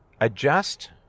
adjust